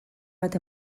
bat